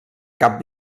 cap